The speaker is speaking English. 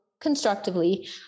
constructively